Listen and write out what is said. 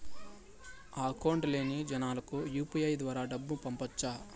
Account లేని జనాలకు UPI ద్వారా డబ్బును పంపొచ్చా?